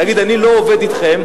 להגיד: אני לא עובד אתכם,